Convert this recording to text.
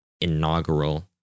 inaugural